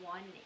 One